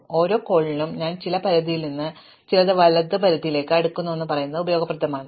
അതിനാൽ ഓരോ കോളിനും ഞാൻ ചില ഇടത് പരിധിയിൽ നിന്ന് ചില വലത് പരിധിയിലേക്ക് അടുക്കുന്നുവെന്ന് പറയുന്നത് ഉപയോഗപ്രദമാണ്